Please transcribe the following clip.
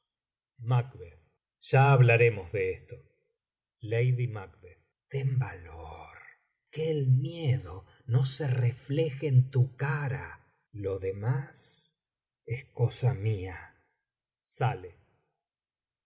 macb ya hablaremos de esto lady mac ten valor que el miedo no se refleje en tu cara lo demás es cosa mía